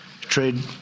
trade